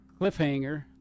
Cliffhanger